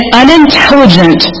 unintelligent